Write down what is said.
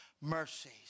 mercies